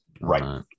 Right